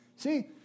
See